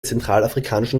zentralafrikanischen